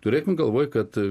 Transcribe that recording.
turėkim galvoj kad